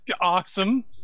awesome